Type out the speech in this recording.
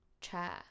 Chair